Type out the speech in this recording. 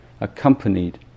accompanied